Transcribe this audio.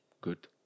good